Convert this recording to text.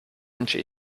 wünsche